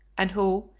and who,